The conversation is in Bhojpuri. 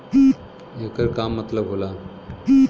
येकर का मतलब होला?